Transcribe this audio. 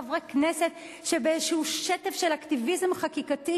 חברי כנסת שבאיזה שטף של אקטיביזם חקיקתי,